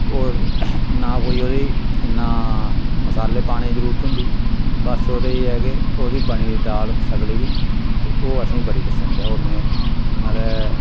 ते ओह् नां कोई ओह्दे च इन्ना मसाले पाने दी जरूरत होंदी बस ओह्दी च एह् ऐ के ओह्दी बनी दी दाल सगले दी ते ओह् असेंगी बड़ी पसंद ऐ ओह् में मतलब